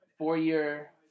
Four-year